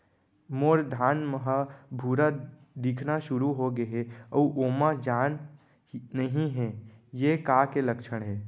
मोर धान ह भूरा दिखना शुरू होगे हे अऊ ओमा जान नही हे ये का के लक्षण ये?